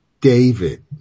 David